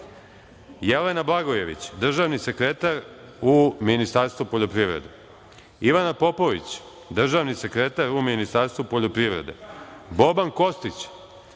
Jelena Blagojević, državni sekretar u Ministarstvu poljoprivrede, Ivana Popović, državni sekretar u Ministarstvu poljoprivrede. kao što